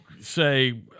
say